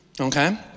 Okay